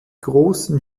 großen